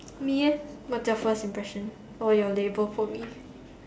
me eh what's your first impression what were your label for me